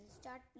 start